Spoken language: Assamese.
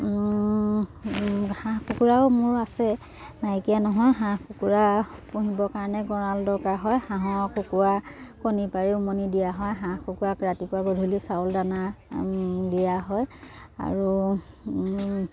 হাঁহ কুকুৰাও মোৰ আছে নাইকিয়া নহয় হাঁহ কুকুৰা পুহিবৰ কাৰণে গড়াল দৰকাৰ হয় হাঁহৰ কুকুৰা কণী পাৰি উমনি দিয়া হয় হাঁহ কুকুৰাক ৰাতিপুৱা গধূলি চাউল দানা দিয়া হয় আৰু